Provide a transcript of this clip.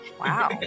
Wow